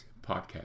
Podcast